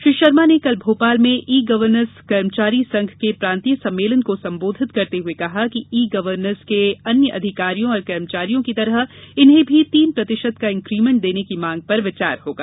श्री शर्मा ने कल भोपाल में ई गवर्नेस कर्मचारी संघ के प्रांतीय सम्मेलन को संबोधित करते हुए कहा कि ई गवर्नेस के अन्य अधिकारियों और कर्मचारियों की तरह इन्हें भी तीन प्रतिशत का इक्रीमेन्ट देने की मांग पर विचार होगा